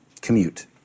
commute